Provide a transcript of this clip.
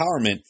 empowerment